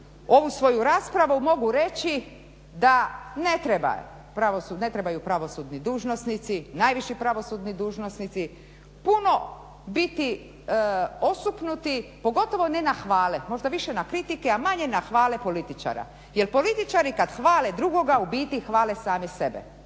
ovu svoju raspravu mogu reći da ne trebaju pravosudni dužnosnici, najviši pravosudni dužnosnici puno biti osupnuti pogotovo ne na hvale, možda više na kritike, a manje na hvale političara jel političari kada hvale drugoga u biti hvale sami sebe.